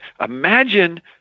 imagine